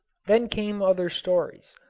then came other stories,